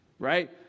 right